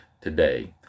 today